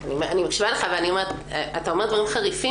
אני מקשיבה לך, אתה אומר דברים חריפים.